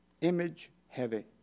Image-heavy